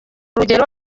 rugero